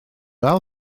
ail